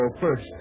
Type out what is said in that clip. first